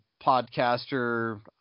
podcaster